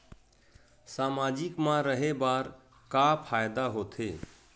सामाजिक मा रहे बार का फ़ायदा होथे?